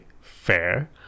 fair